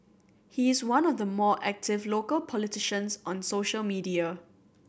he is one of the more active local politicians on social media